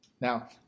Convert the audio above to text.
Now